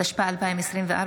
התשפ"ה 2024,